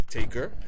Taker